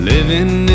Living